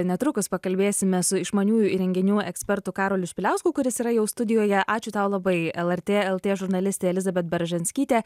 netrukus pakalbėsime su išmaniųjų įrenginių ekspertu karoliu špiliausku kuris yra jau studijoje ačiū tau labai lrt lt žurnalistė elizabet beržanskytė